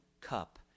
cup